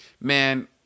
man